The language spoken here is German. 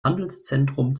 handelszentrum